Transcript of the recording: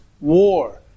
war